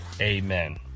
Amen